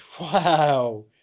Wow